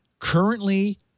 currently